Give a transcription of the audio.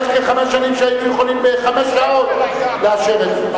כשהיינו יכולים בחמש שעות לאשר את זה.